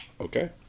Okay